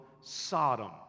Sodom